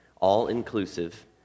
all-inclusive